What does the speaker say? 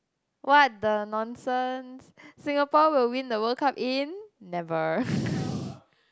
what the nonsense Singapore will win the World Cup in never